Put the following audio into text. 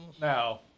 Now